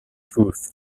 truth